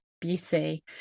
beauty